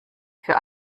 für